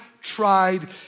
tried